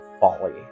Folly